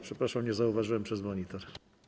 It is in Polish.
Przepraszam, nie zauważyłem przez monitor.